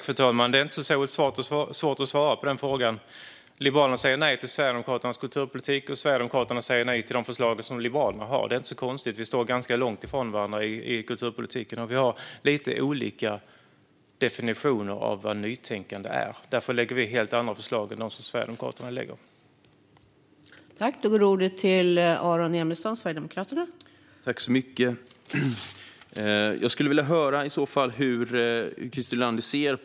Fru talman! Det är inte särskilt svårt att svara på den frågan. Liberalerna säger nej till Sverigedemokraternas kulturpolitik, och Sverigedemokraterna säger nej till de förslag som Liberalerna har. Det är inte så konstigt. Vi står ganska långt ifrån varandra i kulturpolitiken. Vi har lite olika definitioner av vad nytänkande är. Därför lägger vi fram helt andra förslag än de som Sverigedemokraterna lägger fram.